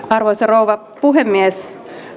arvoisa rouva puhemies